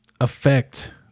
affect